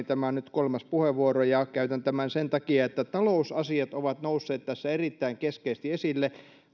tämä on nyt kolmas puheenvuoro käytän tämän sen takia että talousasiat ovat nousseet tässä erittäin keskeisesti esille